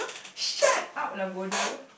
shut up lah bodoh